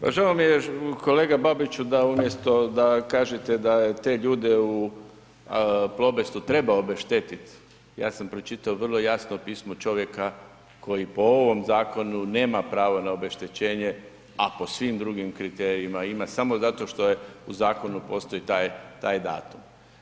Pa žao mi je kolega Babiću da umjesto da kažete da te ljude u Plobestu treba obeštetit, ja sam pročitao vrlo jasno pismo čovjeka koji po ovom zakonu nema pravo na obeštećenje a po svim drugim kriterijima samo zato što u zakonu postoji taj datum.